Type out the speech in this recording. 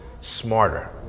smarter